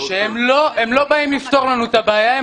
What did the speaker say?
שהם לא באות לפתור לנו את הבעיה,